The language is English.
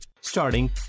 Starting